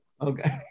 okay